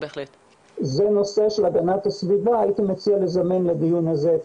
זה נושא של הגנת הסביבה והייתי מציע לזמן לדיון הזה את